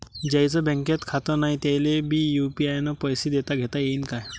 ज्याईचं बँकेत खातं नाय त्याईले बी यू.पी.आय न पैसे देताघेता येईन काय?